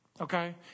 okay